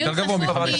זה דיון חשוב,